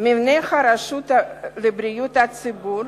מבנה הרשות לבריאות הציבור,